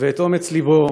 ואת אומץ לבו